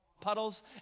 puddles